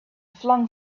flung